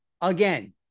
Again